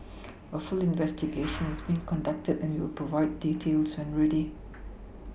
a full investigation is being conducted and we will provide details when ready